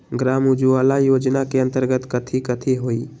ग्राम उजाला योजना के अंतर्गत कथी कथी होई?